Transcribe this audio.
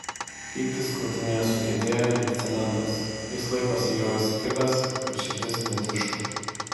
pyktis krūtinėje sukietėja lyg cementas jis laikosi jo įsikibęs kad širdis netižtų